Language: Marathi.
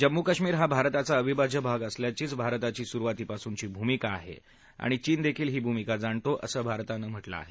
जम्मू कश्मीर हा भारताचा अविभाज्य भाग आहे अशीच भारताची सुरुवातीपासूनची भूमिका आहे आणि चीन देखील ही भूमिका जाणतो असं भारतानं म्हा झिं आहे